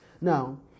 Now